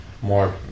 more